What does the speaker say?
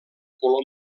color